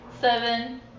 Seven